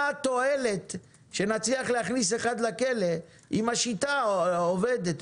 מה התועלת שנצליח להכניס אחד לכלא אם השיטה עובדת,